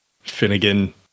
Finnegan